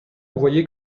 envoyé